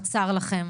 בצר לכם,